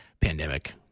pandemic